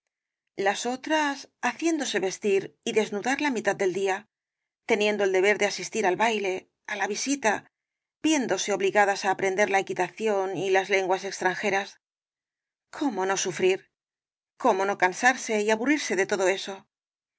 las otras haciéndose vestir y desnudar la mitad del día teniendo el deber de asistir al baile á la visita viéndose obligadas á aprender la equitación y las lenguas extranjeras cómo no sufrir cómo no cansarse y aburrirse de todo eso